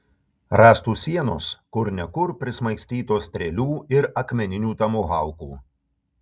rąstų sienos kur ne kur prismaigstytos strėlių ir akmeninių tomahaukų